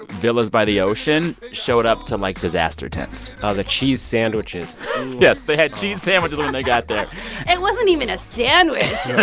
villas by the ocean showed up to, like, disaster tents oh, the cheese sandwiches yes, they had cheese sandwiches when they got there it wasn't even a sandwich